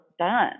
Done